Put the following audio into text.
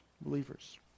believers